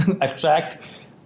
attract